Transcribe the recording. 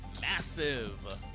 massive